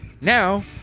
Now